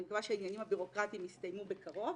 אני מקווה שהעניינים הבירוקראטיים יסתיימו בקרוב